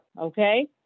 okay